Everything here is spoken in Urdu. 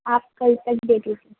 آپ کل تک دے دیجیے